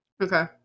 Okay